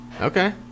Okay